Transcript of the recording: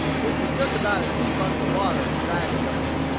which was just about as deep under the water as i had judged.